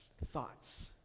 thoughts